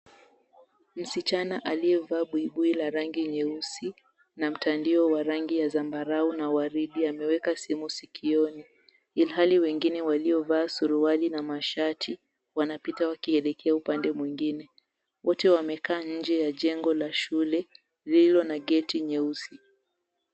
Msichana amevalia buibui nyeusi na mtandio wa rangi ya zambarau na waridi, ameweka simu sikioni, ilhali wengine waliovaa suruali na mashati wanapita wakielekea upande mwingine, Wote wamekaa nje ya jengo la shule lililo na geti nyeusi.